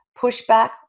pushback